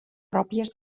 pròpies